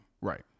Right